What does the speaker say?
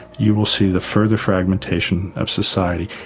you will see the further fragmentation of society.